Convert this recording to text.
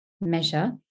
measure